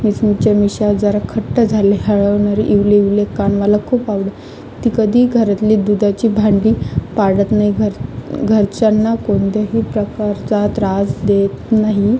मिचमिचे मिशा जरा खुट्ट झाले हलवणारे इवले इवले कान मला खूप आवडले ती कधीही घरातली दुधाची भांडी पाडत नाही घर घरच्यांना कोणत्याही प्रकारचा त्रास देत नाही